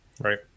Right